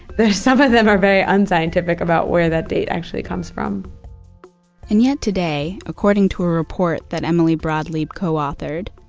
some of them are very un-scientific about where that date actually comes from and yet today, according to a report that emily broad leib co-authored,